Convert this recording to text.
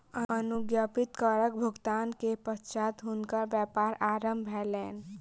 अनुज्ञप्ति करक भुगतान के पश्चात हुनकर व्यापार आरम्भ भेलैन